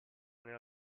nella